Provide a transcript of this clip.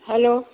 hello